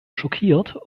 schockiert